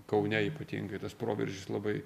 kaune ypatingai tas proveržis labai